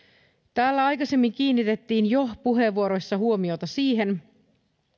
täällä aikaisemmin kiinnitettiin jo puheenvuoroissa huomiota siihen